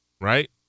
right